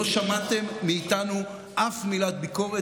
לא שמעתם מאיתנו אף מילת ביקורת.